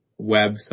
website